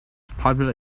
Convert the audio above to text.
popular